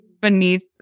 beneath